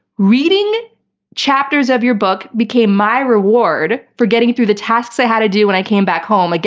reading chapters of your book became my reward for getting through the tasks i had to do when i came back home, like